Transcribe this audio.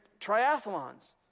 triathlons